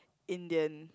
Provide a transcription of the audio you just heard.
Indian